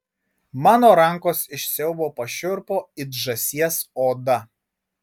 mano rankos iš siaubo pašiurpo it žąsies oda